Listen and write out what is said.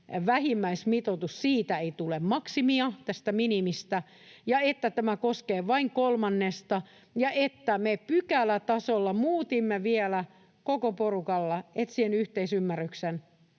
vähimmäismitoituksesta, tästä minimistä, ei tule maksimia ja että tämä koskee vain kolmannesta. Ja me pykälätasolla muutimme vielä koko porukalla, etsien yhteisymmärryksen,